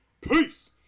peace